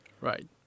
Right